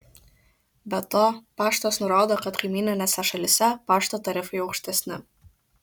be to paštas nurodo kad kaimyninėse šalyse pašto tarifai aukštesni